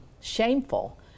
shameful